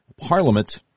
Parliament